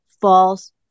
False